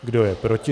Kdo je proti?